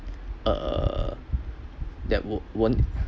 uh that wo~ won't